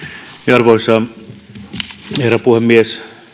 arvoisa herra puhemies